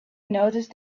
noticed